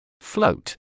Float